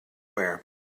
wear